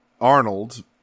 Arnold